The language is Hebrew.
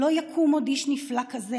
"לא יקום עוד איש נפלא כזה,